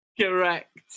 Correct